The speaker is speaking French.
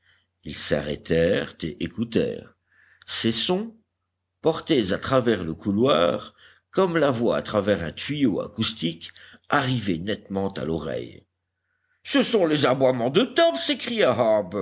et écoutèrent ces sons portés à travers le couloir comme la voix à travers un tuyau acoustique arrivaient nettement à l'oreille ce sont les aboiements de top s'écria